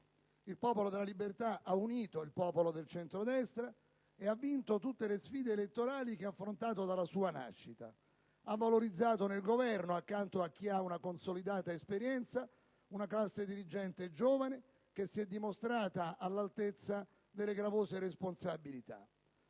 Il Popolo della Libertà ha unito il popolo del centrodestra e ha vinto tutte le sfide elettorali che ha affrontato dalla sua nascita. Ha valorizzato nel Governo, accanto a chi ha una consolidata esperienza, una classe dirigente giovane che si è dimostrata all'altezza delle gravose responsabilità.